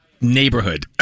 neighborhood